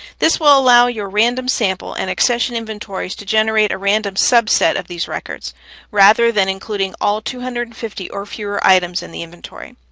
this will allow your random sample and accession inventories to generate a random subset of these records rather than including all two hundred and fifty or fewer items in the inventory.